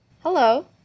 hello